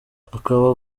akaba